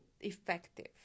effective